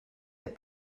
that